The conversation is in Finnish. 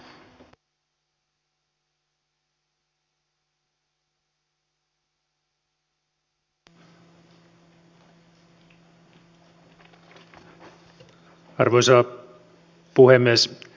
arvoisa puhemies